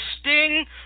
Sting